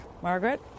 Margaret